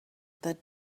that